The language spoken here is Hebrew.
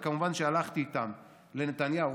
וכמובן הלכתי איתם לנתניהו,